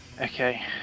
Okay